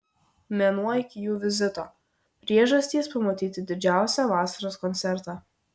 mėnuo iki jų vizito priežastys pamatyti didžiausią vasaros koncertą